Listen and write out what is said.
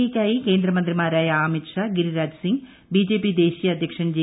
എക്കായി കേന്ദ്രമന്ത്രിമാരായ അമിത് ഷാ ഗിരിരാരജ് സിംങ് ബിജെപി ദേശീയ അദ്ധ്യക്ഷൻ ജെ